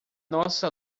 nossa